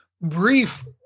brief